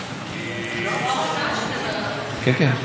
אחרי אחרון הדוברים השר איוב קרא.